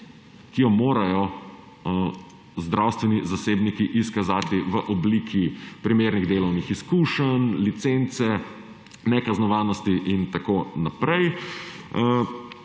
ki jo morajo zdravstveni zasebniki izkazati v obliki primernih delovnih izkušenj, licence, nekaznovanosti in tako naprej,